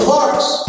Parks